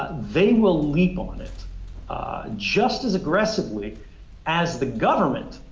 they will leap on it just as aggressively as the government,